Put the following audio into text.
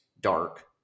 dark